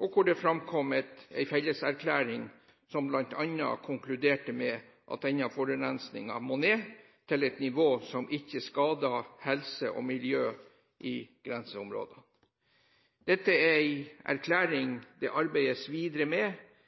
hvor det framkom en felleserklæring som bl.a. konkluderte med at denne forurensningen må ned til et nivå som ikke skader helse og miljø i grenseområdet. Dette er en erklæring det arbeides videre med